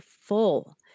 full